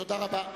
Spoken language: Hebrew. תודה רבה.